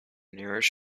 nearest